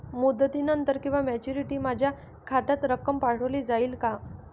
मुदतीनंतर किंवा मॅच्युरिटी माझ्या खात्यात रक्कम पाठवली जाईल का?